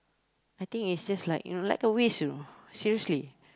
I think is just like you know like a waste you know seriously